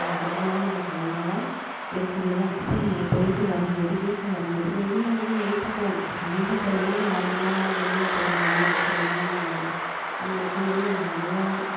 அது அதிகமாகவே நம்ம கையில் தான் இருக்கும் இல்லையா அப்போ நம்ம போய்ட்டு வரும்போது வீட்டில் வரும்போது வெளியில் வந்து வெளிப்பட்ட வெளியில் போறோம்னா நார்மலாக வெளியில் போகிறோம் வேலைக்கு போகிறோம் இதான் நம்ம வேலை அங்கேருக்கும்போது நம்ம நிறையா